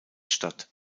statt